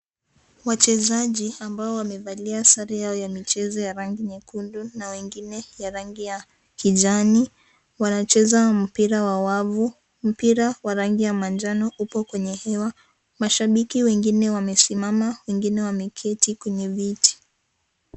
Wachezaji ambao wamevalia sare yao ya michezo ya rangi nyekundu na wengine ya rangi ya kijani. Wanacheza mpira wa wavu mpira wa rangi ya manjano upo kwenye hewa. Mashabiki wengine wamesimama na wengine wameketi kwenye viti.